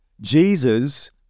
Jesus